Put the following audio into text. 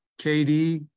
KD